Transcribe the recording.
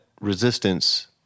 resistance